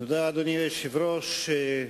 אדוני היושב-ראש,